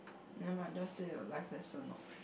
never mind I just say a life lesson orh